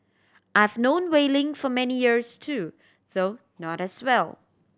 I've known Wei Ling for many years too though not as well